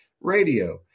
radio